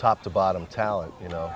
top to bottom talent you know